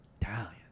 Italian